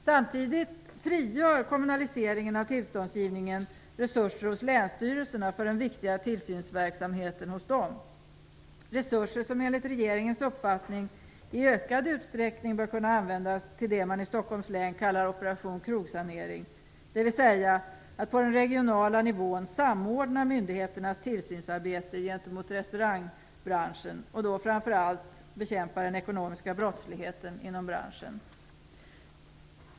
Samtidigt frigör kommunaliseringen av tillståndsgivningen resurser hos länsstyrelserna för deras viktiga tillsynsverksamhet, resurser som enligt regeringens uppfattning i ökad utsträckning bör kunna användas till det man i Stockholms län kallar "operation krogsanering", dvs. att på den regionala nivån samordna myndigheternas tillsynsarbete gentemot restaurangbranschen, och då framför allt bekämpa den ekonomiska brottsligheten inom branschen.